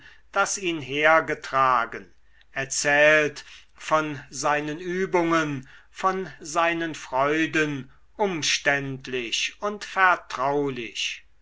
das ihn hergetragen erzählt von seinen übungen von seinen freuden umständlich und vertraulich